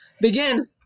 begin